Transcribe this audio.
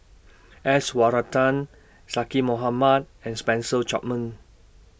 S Varathan Zaqy Mohamad and Spencer Chapman